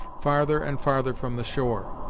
farther and farther from the shore.